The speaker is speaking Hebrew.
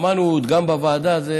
שמענו גם בוועדה, זה